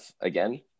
again